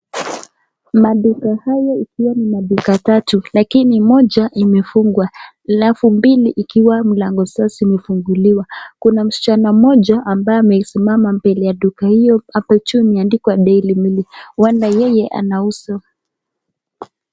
Maduka haya ikiwa ni maduka tatu lakini moja imefungwa alafu mbili ikiwa mlango zao zimefunguliwa, kuna msichana moja ambaye amesimama mbele ya duka hiyo hapo juu imeandikwa dairy milk huenda yeye anauza.